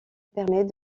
permet